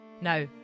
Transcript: Now